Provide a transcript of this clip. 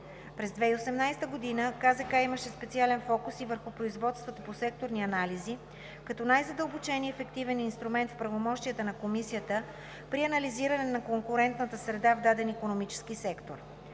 През 2018 г. КЗК имаше специален фокус и върху производствата по секторни анализи като най-задълбочен и ефективен инструмент в правомощията на Комисията при анализиране на конкурентната среда в даден икономически сектор.